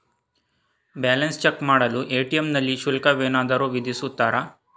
Balance check ಮಾಡಲು ATM ನಲ್ಲಿ ಶುಲ್ಕವೇನಾದರೂ ವಿಧಿಸುತ್ತಾರಾ?